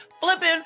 flipping